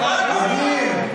לעצמאים?